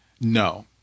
No